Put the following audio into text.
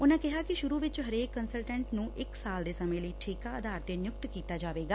ਉਨੂਂ ਕਿਹਾ ਕਿ ਸੁਰੁ ਵਿਚ ਹਰੇਕ ਕੰਸਲਟੈਂਟ ਨੂੰ ਇਕ ਸਾਲ ਦੇ ਸਮੇਂ ਲਈ ਠੇਕਾ ਆਧਾਰ ਤੇ ਨਿਯੁਕਤ ਕੀਤਾ ਜਾਵੇਗਾ